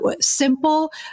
simple